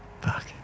fuck